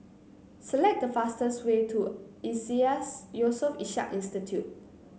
select the fastest way to Iseas Yusof Ishak Institute